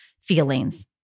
feelings